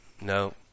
No